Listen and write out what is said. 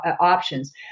options